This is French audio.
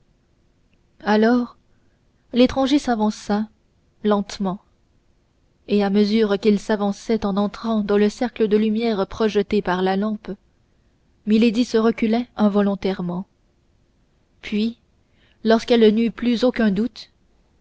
alors l'étranger s'avança lentement et à mesure qu'il s'avançait en entrant dans le cercle de lumière projeté par la lampe milady se reculait involontairement puis lorsqu'elle n'eut plus aucun doute